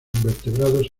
invertebrados